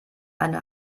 eine